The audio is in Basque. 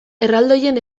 erraldoien